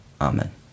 amen